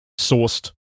sourced